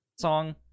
song